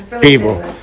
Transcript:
People